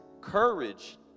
courage